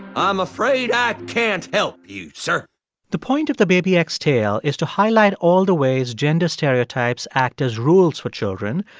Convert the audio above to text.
i'm afraid i can't help you, sir the point of the baby x tale is to highlight all the ways gender stereotypes act as rules for children,